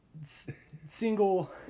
single